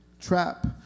trap